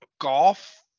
Golf